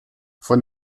von